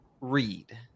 read